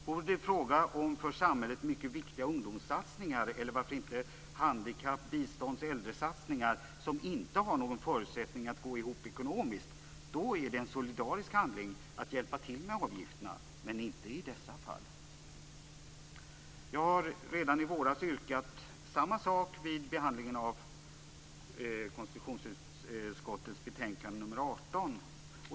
Vore det fråga om för samhället mycket viktiga ungdomssatsningar, eller varför inte handikapp-, bistånds eller äldresatsningar som inte har någon förutsättning att gå ihop ekonomiskt, är det en solidarisk handling att hjälpa till med avgifterna. Men inte i dessa fall. Jag har redan i våras yrkat samma sak vid behandlingen av konstitutionsutskottets betänkande nr 18.